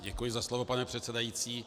Děkuji za slovo, pane předsedající.